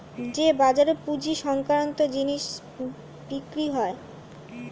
যে বাজারে পুঁজি সংক্রান্ত জিনিস বিক্রি হয়